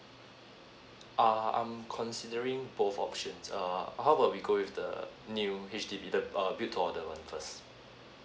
ahh considering both options err how would we go with the new H_D_B the uh build to order the one first